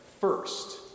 first